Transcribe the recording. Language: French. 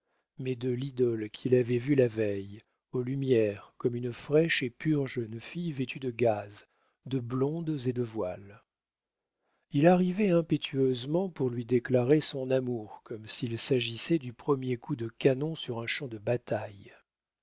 mais de l'idole qu'il avait vue la veille aux lumières comme une fraîche et pure jeune fille vêtue de gaze de blondes et de voiles il arrivait impétueusement pour lui déclarer son amour comme s'il s'agissait du premier coup de canon sur un champ de bataille